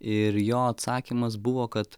ir jo atsakymas buvo kad